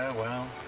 well,